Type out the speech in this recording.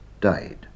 died